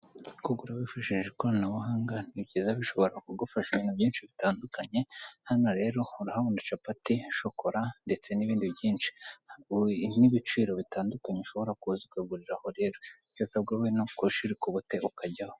Ni imitako ikorwa n'abanyabugeni, imanitse ku rukuta rw'umukara ubusanzwe ibi byifashishwa mu kubitaka mu mazu, yaba ayo mu ngo ndetse n'ahatangirwamo serivisi.